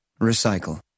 Recycle